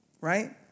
right